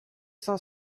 cinq